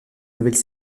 nouvelle